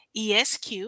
ESQ